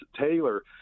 Taylor